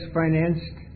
financed